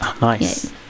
nice